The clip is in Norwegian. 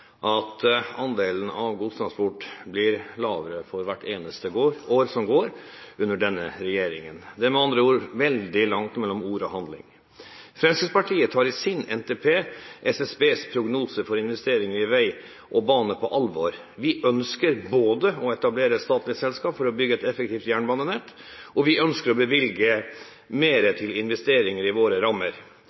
at andelen av godstransport blir lavere for hvert eneste år som går under denne regjeringen. Det er med andre ord veldig langt mellom ord og handling. Fremskrittspartiet tar i sin NTP SSBs prognoser for investering i vei og bane på alvor. Vi ønsker både å etablere et statlig selskap for å bygge et effektivt jernbanenett, og vi ønsker å bevilge mer til investeringer – vi har det i våre rammer